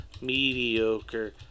mediocre